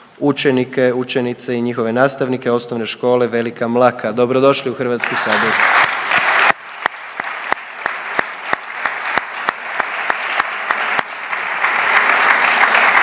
učenike, učenice i njihove nastavnike osnovne škole Velika Mlaka. Dobro došli u Hrvatski sabor!